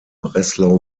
breslau